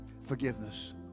forgiveness